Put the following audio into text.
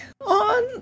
on